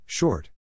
Short